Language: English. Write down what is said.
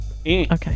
Okay